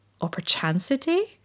opportunity